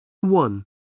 One